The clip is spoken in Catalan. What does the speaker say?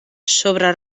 sobre